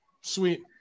Sweet